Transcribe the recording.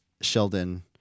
Sheldon